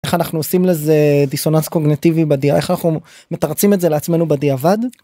איך אנחנו עושים לזה דיסוננס קוגנטיבי בדיע.. איך אנחנו מתרצים את זה לעצמנו בדיעבד.